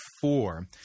four